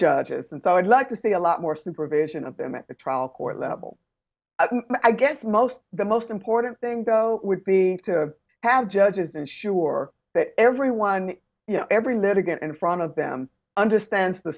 judges and so i'd like to see a lot more supervision of them at the trial court level i guess most the most important thing though would be to have judges ensure that everyone every litigant in front of them understands the